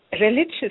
religious